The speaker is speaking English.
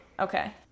okay